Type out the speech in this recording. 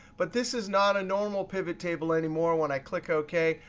but this is not a normal pivot table anymore. when i click ok,